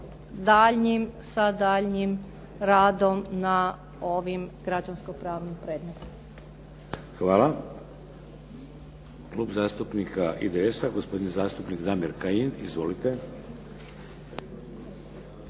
rekli sa daljnjim radom na ovim građanskopravnim predmetima. **Šeks, Vladimir (HDZ)** Hvala. Klub zastupnika IDS-a, gospodin zastupnik Damir Kajin. Izvolite.